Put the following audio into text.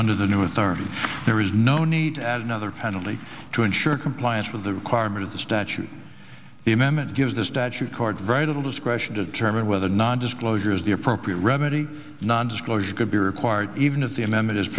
under the new authority there is no need to add another penalty to ensure compliance with the requirement of the statute the amendment gives the statute cards very little discretion to determine whether non disclosure is the appropriate remedy nondisclosure could be required even if the amendment is